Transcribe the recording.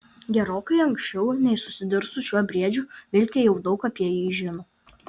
gerokai anksčiau nei susidurs su šiuo briedžiu vilkė jau daug apie jį žino